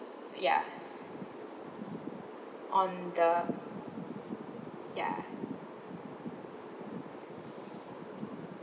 ya on the ya